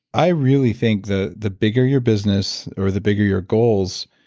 i really think the the bigger your business or the bigger your goals,